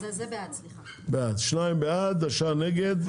הצבעה השנייה,